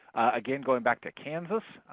again, going back to kansas,